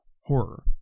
horror